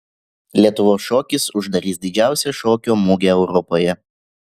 lietuvos šokis uždarys didžiausią šokio mugę europoje